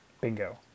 Bingo